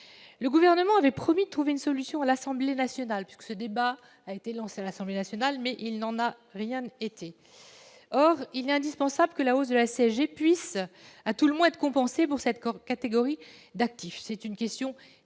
Le Gouvernement avait promis de trouver une solution à l'Assemblée nationale- le débat a été lancé dans cette enceinte -, mais il n'en a rien été. Il est indispensable que la hausse de la CSG puisse, à tout le moins, être compensée pour cette catégorie d'actifs. C'est une question d'équité.